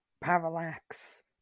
Parallax